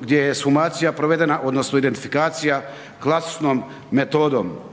gdje je ekshumacija provedena odnosno identifikacija klasičnom metodom.